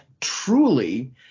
truly